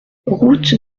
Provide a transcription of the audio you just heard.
route